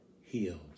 healed